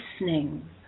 listening